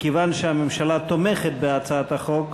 מכיוון שהממשלה תומכת בהצעת החוק,